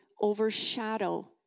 overshadow